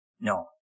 No